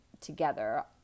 together